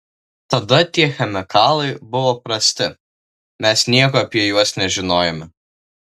tada tie chemikalai buvo prasti mes nieko apie juos nežinojome